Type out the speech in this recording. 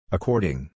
According